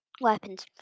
weapons